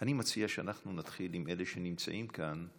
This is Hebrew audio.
אני מציע שאנחנו נתחיל עם אלה שנמצאים כאן.